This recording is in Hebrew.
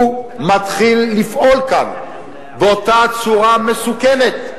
הוא מתחיל לפעול כאן באותו צורה מסוכנת,